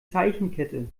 zeichenkette